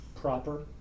proper